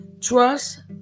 Trust